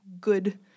good